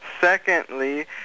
Secondly